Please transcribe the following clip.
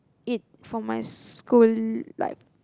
it for my school life